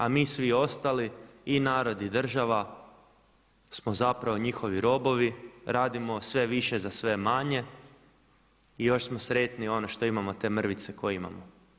A mi svi ostali i narod i država smo zapravo njihovi robovi, radimo sve više za sve manje i još smo sretni ono što imamo te mrvice koje imamo.